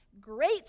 Great